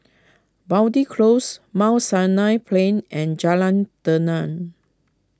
Boundy Close Mount Sinai Plain and Jalan Tenang